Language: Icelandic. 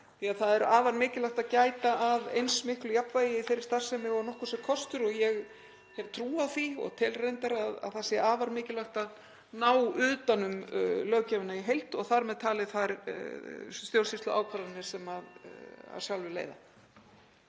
því það er afar mikilvægt að gæta að eins miklu jafnvægi í þeirri starfsemi og nokkurs er kostur. (Forseti hringir.) Ég hef trú á því og tel reyndar að það sé afar mikilvægt að ná utan um löggjöfina í heild og þar með talið þær stjórnsýsluákvarðanir sem af sjálfu leiða.